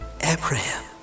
Abraham